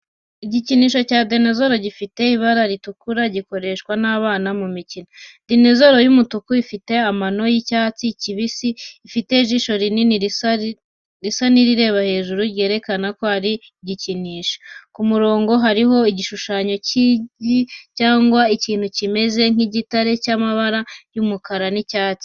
Igikinisho cya dinozoro gifite ibara ritukura, gikoreshwa n’abana mu mikino. Dinozoro y’umutuku ifite amano y’icyatsi kibisi, ifite ijisho rinini risa n’irireba hejuru, ryerekana ko ari igikinisho. Ku mugongo hariho igishushanyo cy’igi, cyangwa ikintu kimeze nk'igitare cy’amabara y’umukara n'icyatsi.